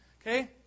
Okay